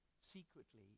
secretly